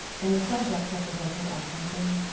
and the subjects represented are hunting,